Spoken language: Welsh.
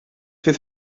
fydd